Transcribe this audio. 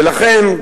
ולכן,